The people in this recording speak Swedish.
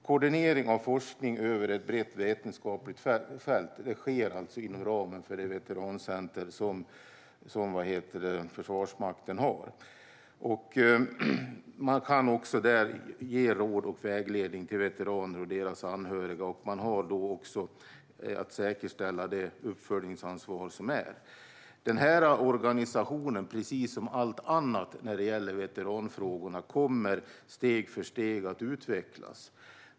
Koordinering av forskning över ett brett vetenskapligt fält sker inom ramen för detta center. Man kan också ge råd och vägledning till veteraner och deras anhöriga, och man har också att säkerställa att uppföljning sker. Denna organisation, precis som allt annat när det gäller veteranfrågorna, kommer steg för steg att utvecklas.